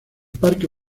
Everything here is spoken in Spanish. parque